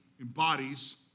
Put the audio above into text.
embodies